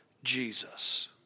Jesus